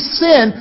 sin